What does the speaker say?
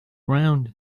round